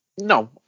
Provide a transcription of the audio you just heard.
No